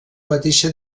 mateixa